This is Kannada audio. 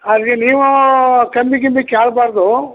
ಅಲ್ಲಿ ನೀವೂ ಕಮ್ಮಿ ಗಿಮ್ಮಿ ಕೇಳಬಾರ್ದು